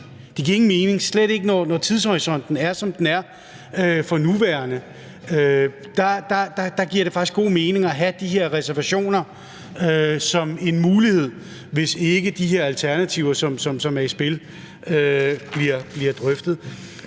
Det giver ingen mening, og slet ikke, når tidshorisonten er, som den er. For nuværende giver det faktisk god mening at have de her reservationer som en mulighed, hvis ikke de her alternativer, som er i spil, bliver drøftet.